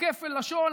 לכפל הלשון,